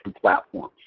platforms